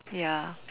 ya